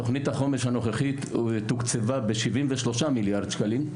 תוכנית החומש הנוכחית תוקצבה ב-73 מיליארד שקלים,